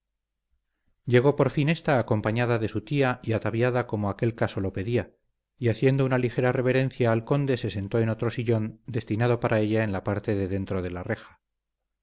llegó por fin ésta acompañada de su tía y ataviada como aquel caso lo pedía y haciendo una ligera reverencia al conde se sentó en otro sillón destinado para ella en la parte de adentro de la reja